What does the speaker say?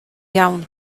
iawn